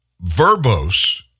verbose